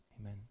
Amen